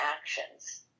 actions